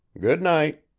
good night.